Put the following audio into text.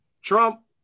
Trump